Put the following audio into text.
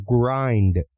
grind